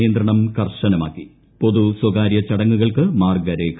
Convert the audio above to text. നിയന്ത്രണം കർശ്ശനമാക്കി പൊതു സ്വകാര്യ ചടങ്ങുകൾക്ക് മാർഗ്ഗരേഖ